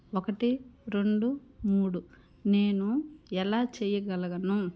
ఒకటి రెండు మూడు నేను ఎలా చెయ్యగలను